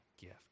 gift